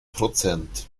prozent